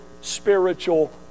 spiritual